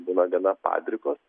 būna gana padrikos